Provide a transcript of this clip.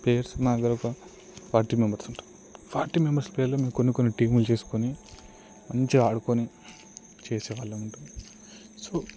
players అందరం ఒక forty members ఉంటారు ఫార్టీ మెంబెర్స్లో మేము కొన్ని కొన్ని టీమ్లు చేసుకొని మంచిగా ఆడుకొని చేసేవాళ్ళం సో